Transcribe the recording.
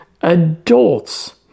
adults